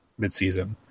midseason